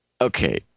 okay